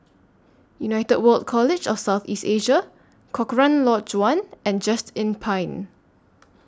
United World College of South East Asia Cochrane Lodge one and Just Inn Pine